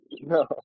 no